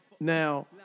Now